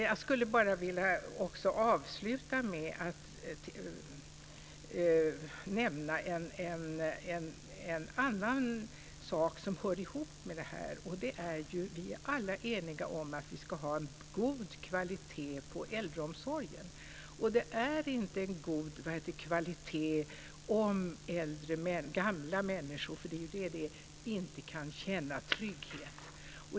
Jag vill avsluta med att nämna en annan sak som hör ihop med detta, nämligen att vi alla är eniga om att vi ska ha en god kvalitet på äldreomsorgen. Det är inte en god kvalitet om gamla människor inte kan känna trygghet.